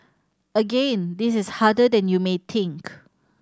again this is harder than you may think